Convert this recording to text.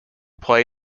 play